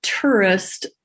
tourist